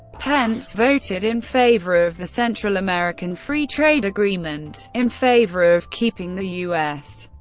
pence voted in favor of the central american free trade agreement in favor of keeping the u s.